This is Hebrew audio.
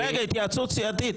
רגע, התייעצות סיעתית.